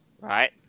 Right